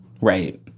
right